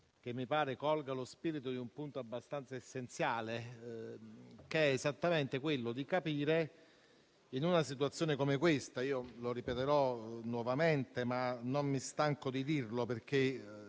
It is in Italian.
che mi pare colga lo spirito di un punto abbastanza essenziale, che va esattamente nell'ottica della comprensione in una situazione come questa. Lo ripeterò nuovamente, e non mi stanco di dirlo, che